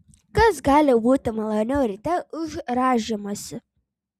kas gali būti maloniau ryte už rąžymąsi